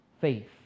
faith